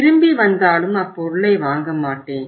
திரும்பி வந்தாலும் அப்பொருளை வாங்க மாட்டேன்